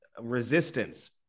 resistance